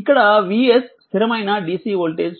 ఇక్కడ vs స్థిరమైన DC voltage source